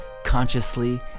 consciously